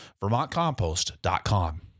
VermontCompost.com